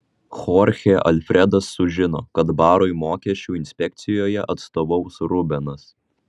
chorchė alfredas sužino kad barui mokesčių inspekcijoje atstovaus rubenas